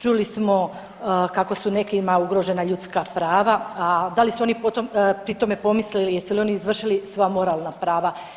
Čuli smo kako su nekima ugrožena ljudska prava, a da li su oni pri tome pomislili jesu li oni izvršili svoja moralna prava?